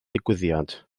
digwyddiad